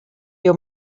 your